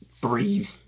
breathe